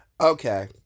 Okay